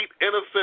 innocent